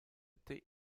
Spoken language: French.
thé